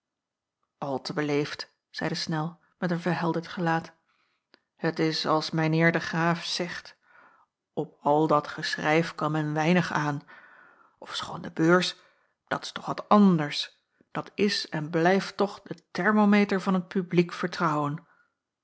al te beleefd zeide snel met een verhelderd gelaat het is als mijn heer de graaf zegt op al dat geschrijf kan men weinig aan ofschoon de beurs dat is toch wat anders dat is en blijft toch de thermometer van het publiek vertrouwen